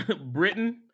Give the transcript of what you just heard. Britain